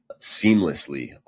seamlessly